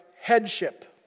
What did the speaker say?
headship